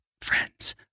Friends